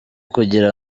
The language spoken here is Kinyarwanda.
kugira